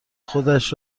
خودش